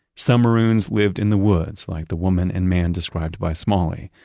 some maroons lived in the woods like the woman and man described by smalley.